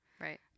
Right